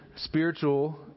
spiritual